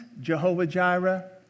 Jehovah-Jireh